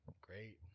great